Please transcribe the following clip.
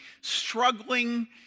struggling